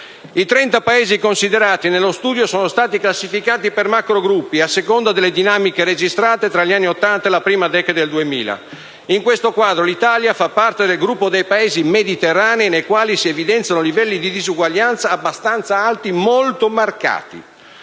I 30 Paesi considerati nello studio sono stati classificati per macrogruppi, a seconda delle dinamiche registrate tra gli anni Ottanta e la prima decade del 2000. In questo quadro, l'Italia fa parte del gruppo dei Paesi mediterranei nei quali si evidenziano livelli di disuguaglianza abbastanza alti molto marcati.